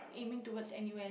aiming towards N_U_S